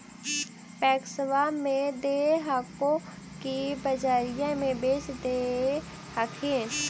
पैक्सबा मे दे हको की बजरिये मे बेच दे हखिन?